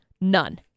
None